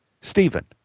Stephen